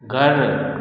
घरु